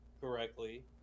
correctly